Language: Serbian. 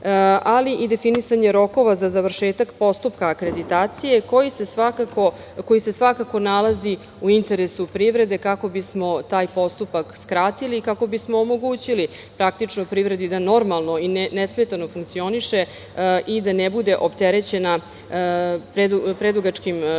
ali i definisanje rokova za završetak postupka akreditacije koji se svakako nalazi u interesu privrede kako bismo taj postupak skratili i kako bismo omogućili privredi da normalno i nesmetano funkcioniše i da ne bude opterećena predugačkim rokovima